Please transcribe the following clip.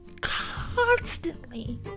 constantly